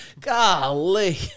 Golly